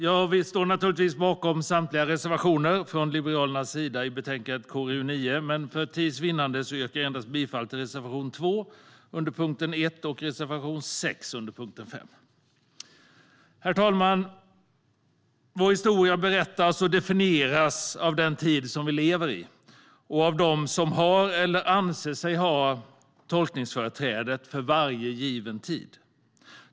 Jag står naturligtvis bakom samtliga av Liberalernas reservationer i betänkandet KrU9, men för tids vinnande yrkar jag bifall endast till reservation 2 under punkt 1 och reservation 6 under punkt 5. Herr talman! Vår historia berättas och definieras av den tid vi lever i och av dem som har eller anser sig ha tolkningsföreträdet för varje given tid.